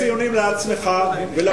תן ציונים לעצמך ולפעילות שלך ולממשלה שלך.